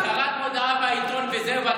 קראת מודעה בעיתון, וזהו?